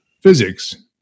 physics